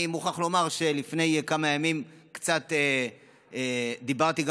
אני מוכרח לומר שלפני כמה ימים קצת דיברתי גם